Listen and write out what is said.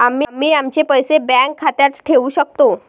आम्ही आमचे पैसे बँक खात्यात ठेवू शकतो